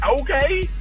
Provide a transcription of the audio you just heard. Okay